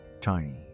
tiny